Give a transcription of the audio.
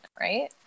right